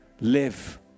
live